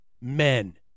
men